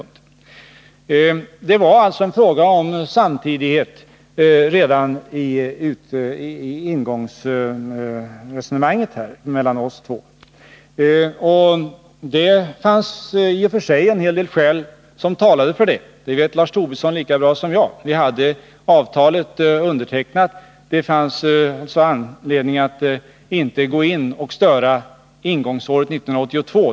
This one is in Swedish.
Det fanns i och för sig en hel del skäl som talade för denna samtidighet mellan åtgärderna, det vet Lars Tobisson lika bra som jag. Löneavtalet var undertecknat. Det fanns anledning att inte gå in och påverka löntagarnas köpkraft under 1982.